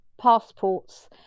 passports